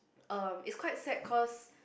uh it's quite sad cause